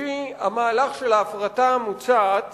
במסגרת ההפרטה המוצעת